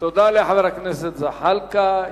תודה לחבר הכנסת זחאלקה.